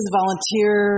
volunteer